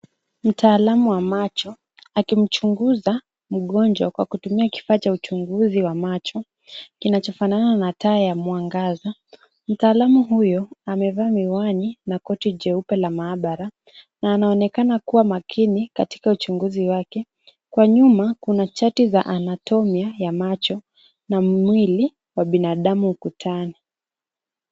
Mtaalamu wa macho akimchunguza mgonjwa kwa kutumia kifaa cha uchunguzi wa macho kinachofanana na taa ya mwangaza. Mtaalamu huyo amevaa miwani na koti jeupe la maabara na anaonekana kuwa makini katika uchunguzi wake. Kwa nyuma kuna chati za anatomia ya macho na mwili wa binadamu ukutani.